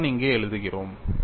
அதைத்தான் இங்கே எழுதுகிறோம்